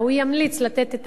הוא ימליץ לתת את ההקלות.